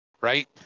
right